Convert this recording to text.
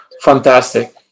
Fantastic